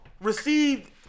received